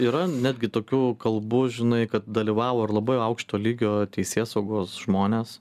yra netgi tokių kalbų žinai kad dalyvavo ir labai aukšto lygio teisėsaugos žmonės